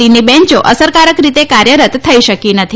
ટીની બેન્યો અસરકારક રીતે કાર્યરત થઈ શકી નથી